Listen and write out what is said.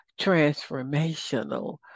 transformational